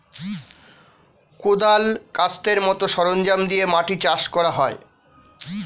কোদাল, কাস্তের মত সরঞ্জাম দিয়ে মাটি চাষ করা হয়